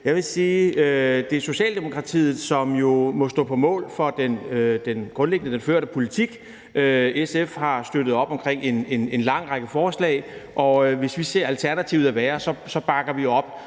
Jeg vil sige, at det jo er Socialdemokratiet, som grundlæggende må stå på mål for den førte politik. SF har støttet op omkring en lang række forslag, og hvis vi ser, at alternativet er værre, så bakker vi op,